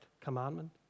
commandment